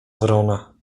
wrona